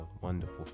wonderful